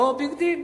לא ביג דיל.